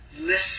listen